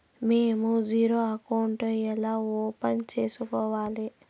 మేము zero account ఎలా open సేసుకోవాలి